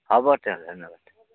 হ'ব তেতিয়া হ'লে ধন্যবাদ